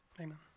amen